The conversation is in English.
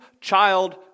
child